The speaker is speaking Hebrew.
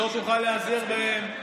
לא תוכל להיעזר בהם,